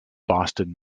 boston